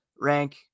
rank